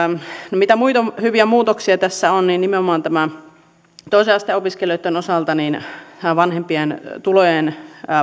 no mitä muita hyviä muutoksia tässä on nimenomaan toisen asteen opiskelijoitten osalta vanhempien tulojen